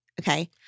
Okay